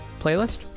playlist